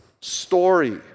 story